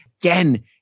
again